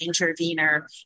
intervener